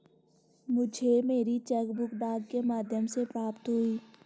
मुझे मेरी cheque book डाक के माध्यम से प्राप्त हुई है